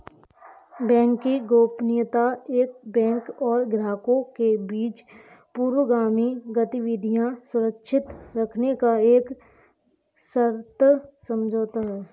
banking गोपनीयता एक bank और ग्राहकों के बीच पूर्वगामी गतिविधियां सुरक्षित रखने का एक सशर्त समझौता है